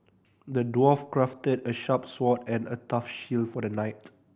the dwarf crafted a sharp sword and a tough shield for the knight